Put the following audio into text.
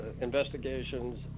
investigations